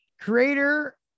creator